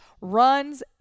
runs